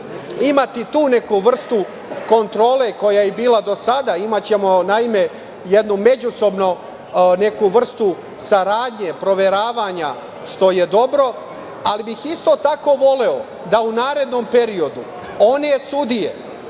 imati tu neku vrstu kontrole koja je bila i do sada. Imaćemo, naime, jednu međusobnu saradnju, proveravanje, što je dobro. Ali, isto tako, voleo bih da u narednom periodu one sudije